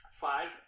Five